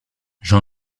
jean